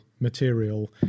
material